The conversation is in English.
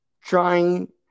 Trying